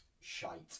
shite